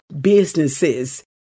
businesses